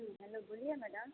hello बोलिए madam